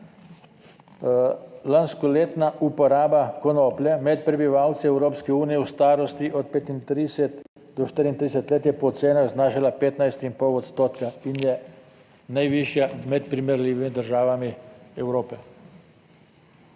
Lanskoletna uporaba konoplje med prebivalci Evropske unije v starosti od 35 do 34 let je po ocenah znašala 15 in pol odstotka in je najvišja med primerljivimi državami Evrope.